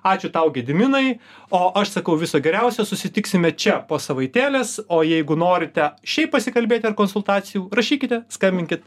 ačiū tau gediminai o aš sakau viso geriausio susitiksime čia po savaitėlės o jeigu norite šiaip pasikalbėti ar konsultacijų rašykite skambinkit